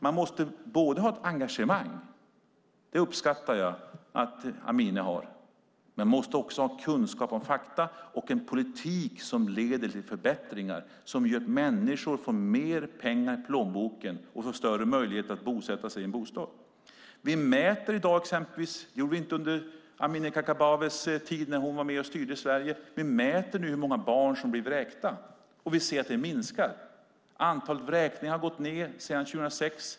Man måste ha ett engagemang - och det uppskattar jag att Amineh Kakabaveh har - men också kunskap om fakta och en politik som leder till förbättringar och ger människor mer pengar i plånboken och större möjlighet att bosätta sig i en bostad. I dag mäter vi hur många barn som blir vräkta. Det gjorde man inte under den tid då Amineh Kakabaveh var med och styrde Sverige. Vi ser att antalet vräkningar har minskat sedan 2006.